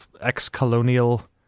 ex-colonial